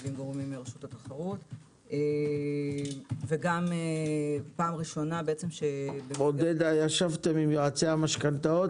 גורמים מרשות התחרות וגם פעם ראשונה- - ישבתם עם יועצי המשכנתאות?